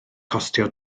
costio